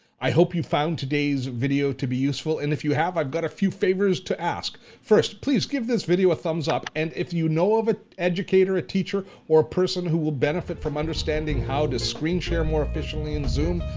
i hope you've found today's video to be useful, and if you have, i've got a few favors to ask. first, please give this video a thumbs up, and if you know of an educator, a teacher, or a person who will benefit from understanding how to screen share more efficiently in zoom,